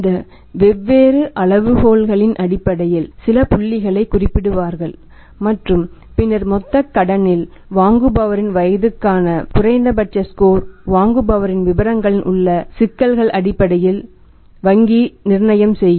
இந்த வெவ்வேறு அளவுகோல்களின் அடிப்படையில் சில புள்ளிகளை குறிப்பிடுவார்கள் மற்றும் பின்னர் மொத்த கடனில் வாங்குபவரின் வயதுக்கான குறைந்தபட்ச ஸ்கோரை வாங்குபவரின் விபரங்களில் உள்ள சிக்கல்களின் அடிப்படையில் வங்கி நிர்ணயம் செய்யும்